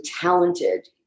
talented